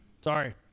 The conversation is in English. Sorry